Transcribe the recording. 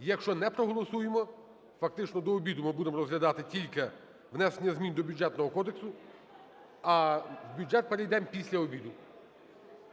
Якщо не проголосуємо, фактично до обіду ми будемо розглядати тільки внесення змін до Бюджетного кодексу, а в бюджет перейдемо після обіду.